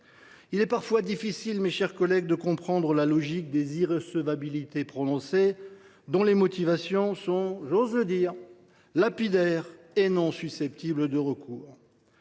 Il est parfois difficile, mes chers collègues, de comprendre la logique des irrecevabilités prononcées, dont les motivations sont – j’ose le dire !– lapidaires et non susceptibles de recours.